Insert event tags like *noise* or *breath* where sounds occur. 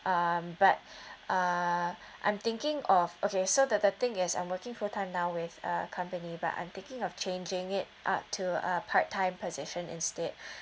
um but uh I'm thinking of okay so the the thing is I'm working full time now with uh company but I'm thinking of changing it up to a part time position instead *breath*